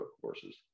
courses